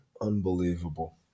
Unbelievable